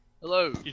Hello